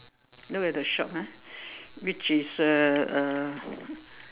look at the shop ah which is uh uh